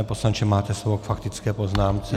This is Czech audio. Pane poslanče, máte slovo k faktické poznámce.